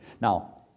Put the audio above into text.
Now